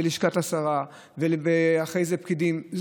את לשכת השרה ואחרי זה פקידים.